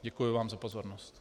ěkuji vám za pozornost.